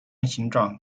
形状